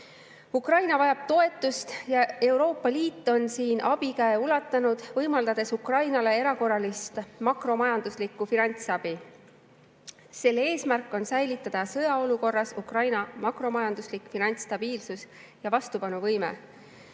Ukraina vajab toetust ja Euroopa Liit on siin abikäe ulatanud, võimaldades Ukrainale erakorralist makromajanduslikku finantsabi. Selle eesmärk on säilitada sõjaolukorras Ukraina makromajanduslik finantsstabiilsus ja vastupanuvõime.